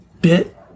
bit